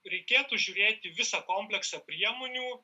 reikėtų žiūrėti visą kompleksą priemonių